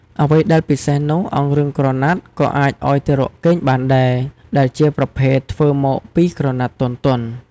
អ្វីដែលពិសេសនោះអង្រឹងក្រណាត់ក៏អាចអោយទារកគេងបានដែរ ដែលជាប្រភេទធ្វើមកពីក្រណាត់ទន់ៗ ។